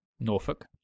norfolk